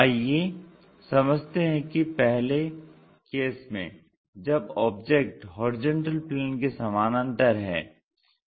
आइये समझते हैं कि पहले केस में जब ऑब्जेक्ट HP के समानांतर है